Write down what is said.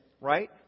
right